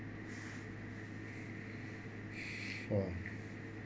fuck